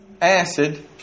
acid